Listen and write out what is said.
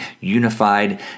unified